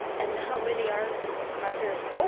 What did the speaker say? and how many are are there of you?